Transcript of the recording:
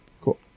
cool